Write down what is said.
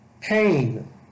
pain